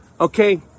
okay